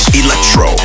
electro